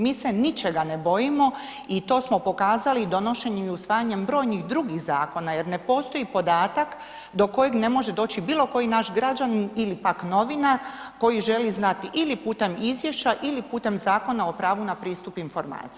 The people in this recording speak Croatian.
Mi se ničega ne bojimo i to smo pokazali donošenjem i usvajanjem brojnih drugih zakona jer ne postoji podatak do kojeg ne može doći bilokoji naš građanin ili novina koji želi znati ili putem izvješća ili putem Zakona o pravu na pristup informacijama.